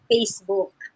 Facebook